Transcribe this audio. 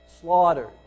slaughtered